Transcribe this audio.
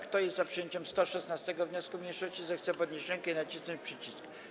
Kto jest za przyjęciem 116. wniosku mniejszości, zechce podnieść rękę i nacisnąć przycisk.